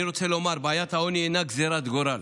אני רוצה לומר, בעיית העוני אינה גזרת גורל